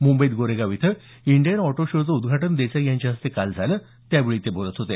मुंबईत गोरेगाव इथं Indian auto शोचं उद्घाटन देसाई यांच्या हस्ते काल झालं त्यावेळी ते बोलत होते